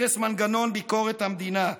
הרס מנגנון ביקורת המדינה,